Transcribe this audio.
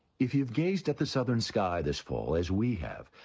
if you've gazed at the southern sky this fall as we have,